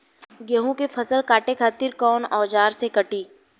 गेहूं के फसल काटे खातिर कोवन औजार से कटी?